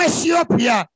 Ethiopia